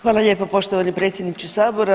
Hvala lijepo poštovani predsjedniče sabora.